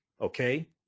Okay